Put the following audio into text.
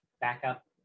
backup